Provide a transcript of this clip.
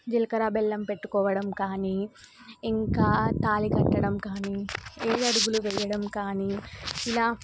జిలకర్ర బెల్లం పెట్టుకోవడం కానీ ఇంకా తాళి కట్టడం కానీ ఏడు అడుగులు వేయడం కానీ ఇలా